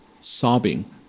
Sobbing